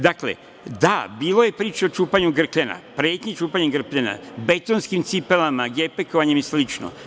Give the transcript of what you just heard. Dakle da, bilo je priče o čupanju grkljana, pretnji čupanja grkljana, betonskim cipelama, gepekovanjem i slično.